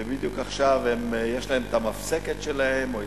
ובדיוק עכשיו יש להם המפסקת שלהם,